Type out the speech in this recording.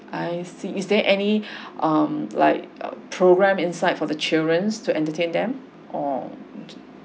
I see is there any um like a programme inside for the childrens to entertain them or